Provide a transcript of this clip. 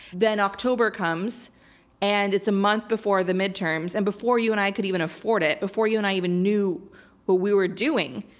then october comes and it's a month before the midterms. and before you and i could even afford it, before you and i even knew what we were doing,